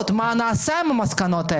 מסקנות מה נעשה עם המסקנות?